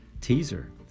Teaser